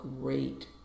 great